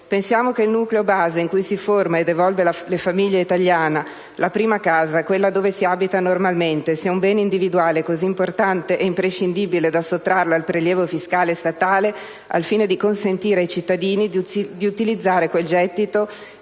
Pensiamo che il nucleo base in cui si forma ed evolve la famiglia italiana, la prima casa, quella dove si abita normalmente, sia un bene individuale cosi importante e imprescindibile da sottrarlo al prelievo fiscale statale, al fine di consentire ai cittadini di utilizzare quel «gettito»